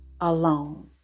alone